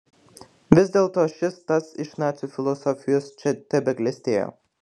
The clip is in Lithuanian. vis dėlto šis tas iš nacių filosofijos čia tebeklestėjo